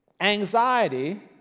anxiety